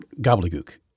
gobbledygook